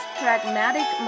pragmatic